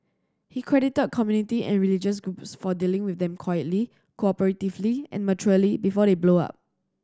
he credited community and religious groups for dealing with them quietly cooperatively and maturely before they blow up